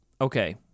Okay